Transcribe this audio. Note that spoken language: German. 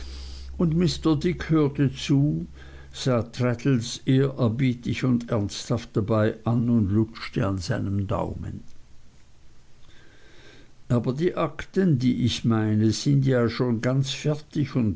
und mr dick hörte zu sah traddles ehrerbietig und ernsthaft dabei an und lutschte an seinem daumen aber die akten die ich meine sind ja schon ganz fertig und